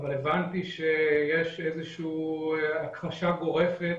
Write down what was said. אבל הבנתי שיש איזה שהיא הכחשה גורפת